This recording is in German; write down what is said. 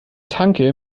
tanke